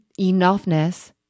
enoughness